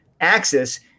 axis